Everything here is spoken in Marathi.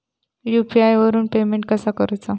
यू.पी.आय वरून पेमेंट कसा करूचा?